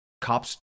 cops